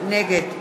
נגד